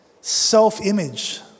self-image